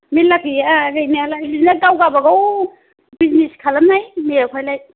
मेरला गैया गैनायालाय बिदिनो गाव गावबागाव बिजिनेस खालामनाय बेवहायलाय